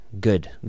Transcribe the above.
good